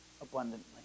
abundantly